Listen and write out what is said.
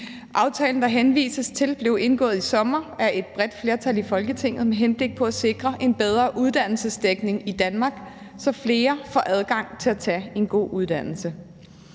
Aftalen, der henvises til, blev indgået i sommer af et bredt flertal i Folketinget med henblik på at sikre en bedre uddannelsesdækning i Danmark, så flere får adgang til at tage en god uddannelse.